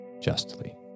justly